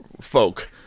folk